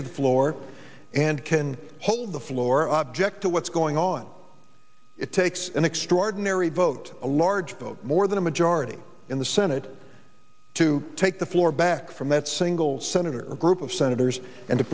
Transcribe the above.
to the floor and can hold the floor object to what's going on it takes an extraordinary vote a large vote more than a majority in the senate to take the floor back from that single senator group of senators and to